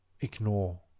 ignore